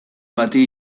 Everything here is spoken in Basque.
bati